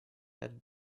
had